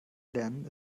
lernen